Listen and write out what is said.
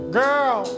girl